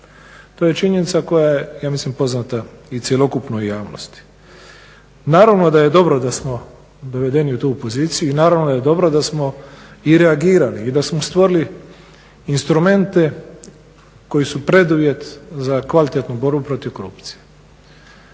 To je činjenica koja je ja mislim poznata i cjelokupnoj javnosti. Naravno da je dobro da smo dovedeni u tu poziciju i naravno da je dobro da smo i reagirali i da smo stvorili instrumente koji su preduvjet za kvalitetnu borbu protiv korupcije.